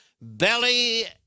belly